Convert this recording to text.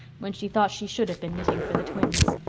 when she thought she should have been knitting for the twins.